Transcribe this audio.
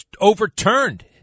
overturned